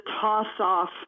toss-off